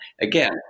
again